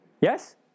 Yes